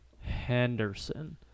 henderson